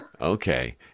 Okay